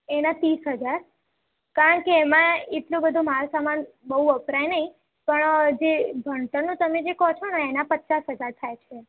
એના ત્રીસ હજાર કારણ કે એમાં એટલો બધો માલ સમાન બહુ વપરાય નહીં પણ જે ભણતરનું તમે જે કહો છો ને એનાં પચાસ હજાર થાય છે